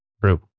True